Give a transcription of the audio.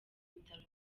bitaro